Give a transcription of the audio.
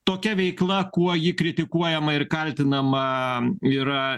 tokia veikla kuo ji kritikuojama ir kaltinama yra